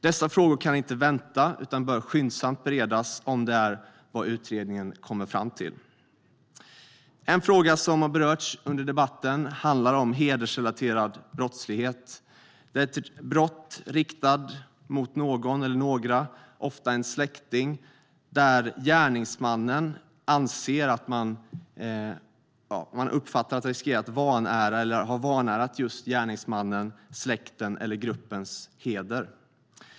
Dessa frågor kan inte vänta utan bör skyndsamt beredas om det är vad utredningen kommer fram till. En fråga som har berörts under debatten handlar om hedersrelaterad brottslighet. Det är ett brott riktat mot någon eller några, ofta en släkting, där gärningsmannen uppfattar att personen riskerar att vanära eller har vanärat gärningsmannens, släktens eller gruppens heder.